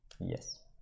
Yes